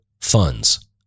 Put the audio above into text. funds